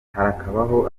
harakabaho